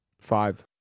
Five